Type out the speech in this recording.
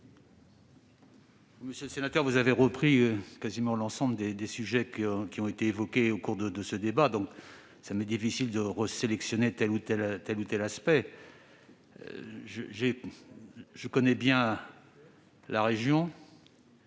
Monsieur le sénateur, vous avez quasiment repris l'ensemble des sujets qui ont été évoqués au cours de ce débat. Il m'est difficile de sélectionner tel ou tel aspect. Je connais bien la région.